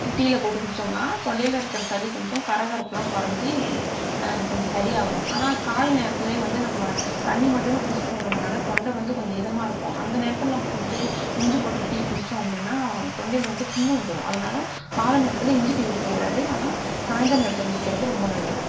டீயில் போட்டு குடித்தோம்னா தொண்டையில் இருக்கிற சளி கொஞ்சம் கரகரப்புலாம் கொறைஞ்சி கொஞ்சம் சரி ஆகும் ஆனால் காலை நேரத்தில் வந்து நம்ம தண்ணி மட்டுமே குடித்திட்டு தூங்குறதால் தொண்டை வந்து கொஞ்சம் இதமாக இருக்கும் அந்த நேரத்தில் நம்ப வந்து இஞ்சி போட்டு டீ குடித்தோம் அப்படினா தொண்டையில் வந்து புண் வந்துவிடும் அதனால காலை நேரத்தில் இஞ்சி டீ குடிக்கக் கூடாது ஆனால சாயந்திர நேரத்தில் குடிக்கிறது ரொம்ப நல்லது